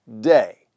day